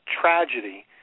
tragedy